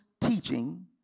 teaching